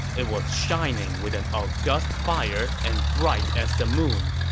it was shining with an ah august fire and bright as the moon.